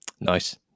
Nice